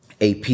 AP